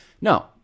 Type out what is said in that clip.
No